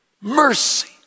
Mercy